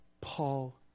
Paul